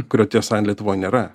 kurio tiesa lietuvoj nėra